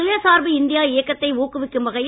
சுயசார்பு இந்தியா இயக்கத்தை ஊக்குவிக்கும் வகையில்